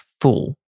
full